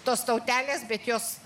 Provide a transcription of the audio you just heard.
tos tautelės bet jos